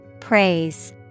Praise